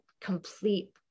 complete